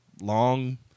long